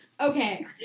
Okay